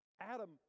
Adam